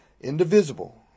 indivisible